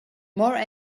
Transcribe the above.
more